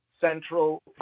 central